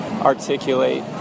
articulate